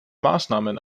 maßnahmen